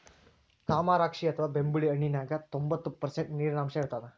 ಕಮರಾಕ್ಷಿ ಅಥವಾ ಬೆಂಬುಳಿ ಹಣ್ಣಿನ್ಯಾಗ ತೋಭಂತ್ತು ಪರ್ಷಂಟ್ ನೇರಿನಾಂಶ ಇರತ್ತದ